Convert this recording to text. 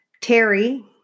Terry